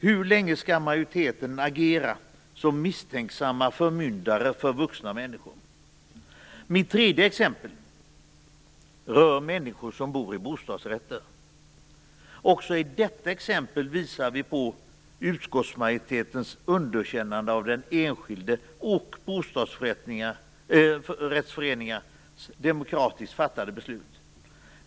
Hur länge skall majoriteten agera som misstänksamma förmyndare för vuxna människor? Mitt tredje exempel rör människor som bor i bostadsrätter. Också i detta exempel visar vi på utskottsmajoritetens underkännande av den enskildes beslut och av bostadsrättsföreningars demokratiskt fattade beslut.